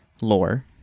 lore